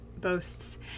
boasts